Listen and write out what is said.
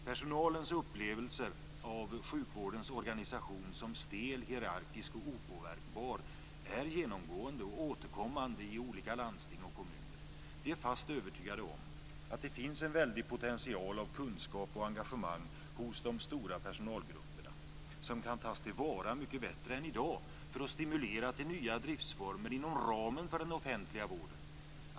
Personalens upplevelser av sjukvårdens organisation som stel, hierarkisk och opåverkbar är genomgående och återkommande i olika landsting och kommuner. Vi är fast övertygade om att det finns en potential av kunskap och engagemang hos de stora personalgrupperna som kan tas till vara mycket bättre än i dag för att stimulera till nya driftsformer inom ramen för den offentliga vården.